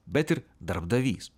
bet ir darbdavys